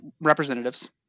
Representatives